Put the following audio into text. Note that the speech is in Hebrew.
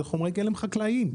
אלו חומרי גלם חקלאיים.